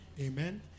Amen